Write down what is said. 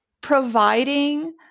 providing